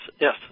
yes